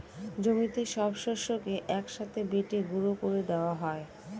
জমিতে সব শস্যকে এক সাথে বেটে গুঁড়ো করে দেওয়া হয়